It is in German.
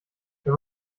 wenn